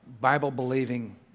Bible-believing